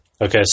Okay